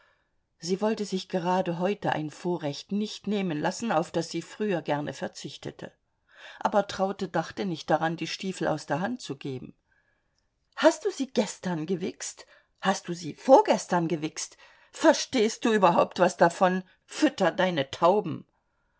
sie wollte sich gerade heute ein vorrecht nicht nehmen lassen auf das sie früher gerne verzichtete aber traute dachte nicht dran die stiefel aus der hand zu geben hast du sie gestern gewichst hast du sie vorgestern gewichst verstehst du überhaupt was davon fütter deine tauben